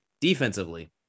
Defensively